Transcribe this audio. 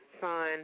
son